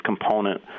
component